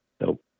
Nope